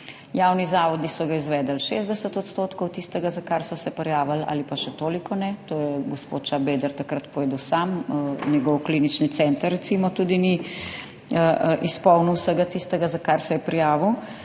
Javni zavodi so izvedli 60 % tistega, za kar so se prijavili, ali pa še toliko ne. To je gospod Šabeder takrat povedal sam, njegov Klinični center recimo tudi ni izpolnil vsega tistega, za kar se je prijavil.